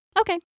Okay